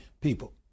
people